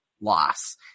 loss